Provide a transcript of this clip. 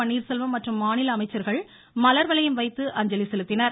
பன்னீர்செல்வம் மற்றும் மாநில அமைச்சர்கள் மலர் வளையம் வைத்து அஞ்சலி செலுத்தினர்